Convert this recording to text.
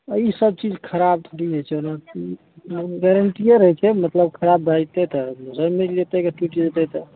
आओर ई सब चीज खराब थोड़ेही होइ छै गारंटीओ रहय छै मतलब खराब भए जेतय तऽ दोसर मिल जेतय अगर टुटि जेतय तऽ